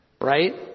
Right